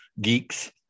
geeks